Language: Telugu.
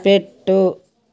పెట్టు